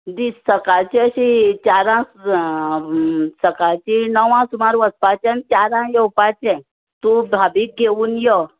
दीस सकाळचे अशी चारांक सकाळची णवांक सुमार वचपाचे आनी चारांक येवपाचें तूं भाभीक घेऊन यो